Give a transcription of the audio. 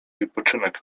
wypoczynek